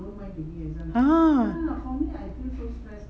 !huh!